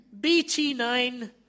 BT9